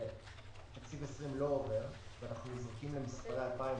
תקציב 2020 לא עובר ואנחנו נזרקים למספרי 2019,